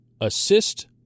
assist